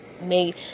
made